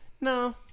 No